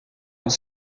dans